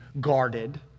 guarded